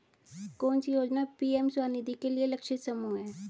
कौन सी योजना पी.एम स्वानिधि के लिए लक्षित समूह है?